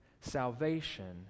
salvation